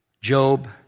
Job